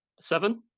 seven